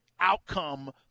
outcome